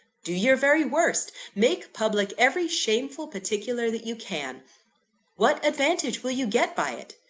do your very worst make public every shameful particular that you can what advantage will you get by it?